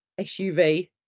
suv